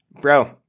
Bro